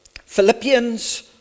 Philippians